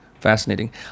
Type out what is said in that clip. Fascinating